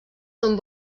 són